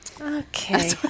Okay